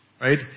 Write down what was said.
Right